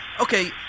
Okay